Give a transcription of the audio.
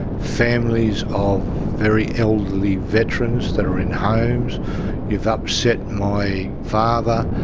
families of very elderly veterans that were in homes you've upset my father.